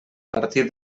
partir